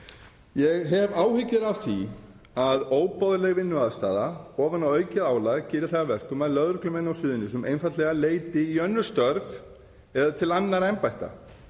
Ég hef áhyggjur af því að óboðleg vinnuaðstaða ofan á aukið álag geri það að verkum að lögreglumenn á Suðurnesjum leiti einfaldlega í önnur störf eða til annarra embætta.